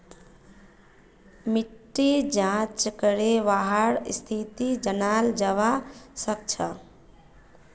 मिट्टीर जाँच करे वहार स्थिति जनाल जवा सक छे